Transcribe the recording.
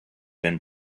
been